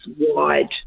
wide